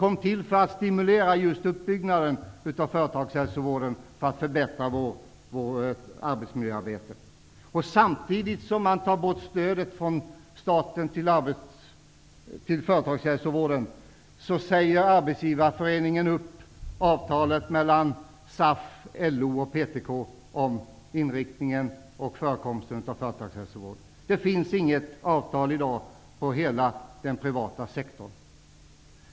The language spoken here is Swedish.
Det tillkom för att stimulera just uppbyggnaden av företagshälsovården för att förbättra arbetsmiljöarbetet. Samtidigt som man tog bort stödet från staten till företagshälsovården, sade Arbetsgivareföreningen upp avtalet mellan SAF, LO och PTK om inriktningen och förekomsten av företagshälsovård. Det finns inget avtal i dag inom hela den privata sektorn.